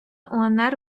унр